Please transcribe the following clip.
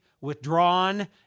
withdrawn